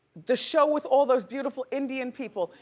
the show with all those beautiful indian people.